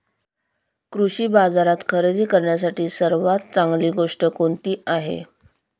कृषी बाजारात खरेदी करण्यासाठी सर्वात चांगली गोष्ट कोणती आहे?